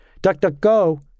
DuckDuckGo